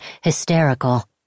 hysterical